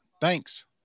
Thanks